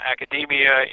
academia